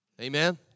Amen